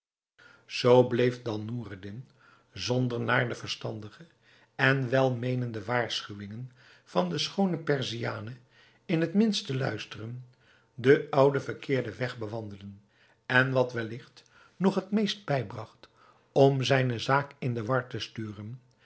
zoo bleef dan noureddin zonder naar de verstandige en welmeenende waarschuwingen van de schoone perziane in het minst te luisteren den ouden verkeerden weg bewandelen en wat welligt nog het meeste bijbragt om zijne zaken in de war te sturen